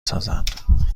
سازند